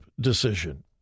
decision